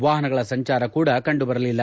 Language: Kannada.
ವಾಹನಗಳ ಸಂಚಾರ ಕೂಡ ಕಂಡುಬರಲಿಲ್ಲ